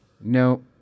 No